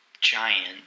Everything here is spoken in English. giant